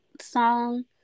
song